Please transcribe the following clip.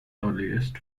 earliest